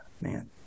man